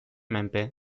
menpe